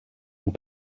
und